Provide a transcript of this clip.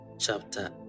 Chapter